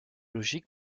logique